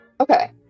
Okay